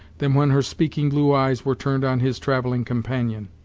than when her speaking blue eyes were turned on his travelling companion.